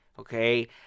Okay